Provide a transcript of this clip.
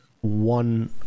one